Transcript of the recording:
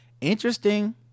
interesting